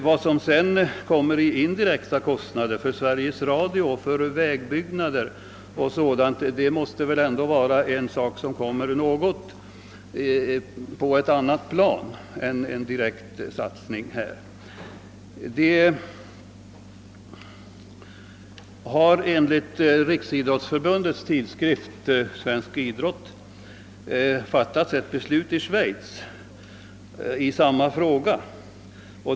Vad som tillkommer i indirekta kostnader för Sveriges Radio, för vägbyggnader 0. s. v. måste väl anses höra hemma på ett annat plan än direkta kostnader. Enligt Riksidrottsförbundets tidskrift Svensk idrott har det i Schweiz fattats ett beslut i samma fråga.